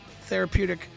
therapeutic